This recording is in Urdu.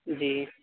جی